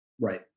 Right